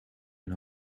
een